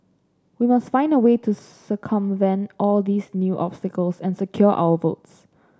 we must find a way to circumvent all these new obstacles and secure our votes